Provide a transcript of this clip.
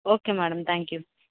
okay madam thank you